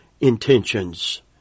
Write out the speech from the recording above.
intentions